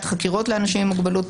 חקירות במשטרה לאנשים עם מוגבלות,